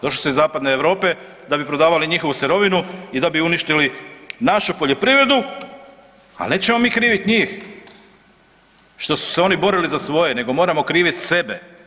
Došli su iz zapadne Europe da bi prodavali njihovu sirovinu i da bi uništili poljoprivredu ali nećemo mi krivit njih što su se oni borili za svoje nego moramo krivit sebe.